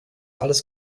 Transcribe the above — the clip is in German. alles